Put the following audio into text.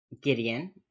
Gideon